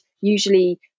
usually